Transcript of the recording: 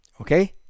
Okay